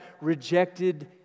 rejected